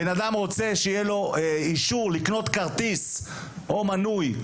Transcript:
בן אדם רוצה שיהיה לו אישור לקנות כרטיס או מנוי,